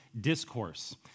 discourse